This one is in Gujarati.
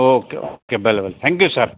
ઓકે ઓકે ભલે ભલે થેન્કયુ સર